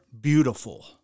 beautiful